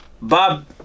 Bob